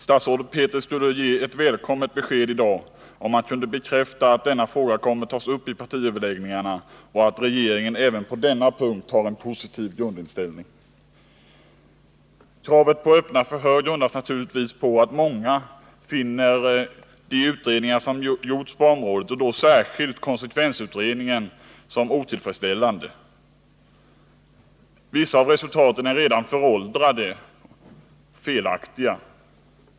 Statsrådet Petri skulle ge ett välkommet besked i dag, om han kunde bekräfta att den frågan kommer att tas uppi partiöverläggningarna och att regeringen även på denna punkt har en positiv grundinställning. Kravet på öppna förhör grundas naturligtvis på att många finner de utredningar som gjorts på området, särskilt konsekvensutredningen, vara otillfredsställande. Vissa av resultaten är redan föråldrade och felaktiga.